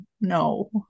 no